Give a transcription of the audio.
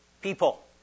people